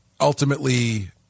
ultimately